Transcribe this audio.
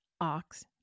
ox